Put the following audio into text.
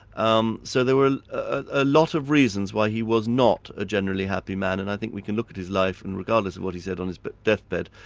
um so there were a lot of reasons why he was not a generally happy man, and i think we can look at his life and regardless of what he said on his but death bed,